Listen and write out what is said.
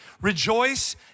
Rejoice